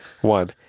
one